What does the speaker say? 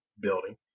building